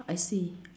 I see